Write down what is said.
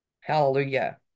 Hallelujah